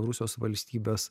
rusijos valstybės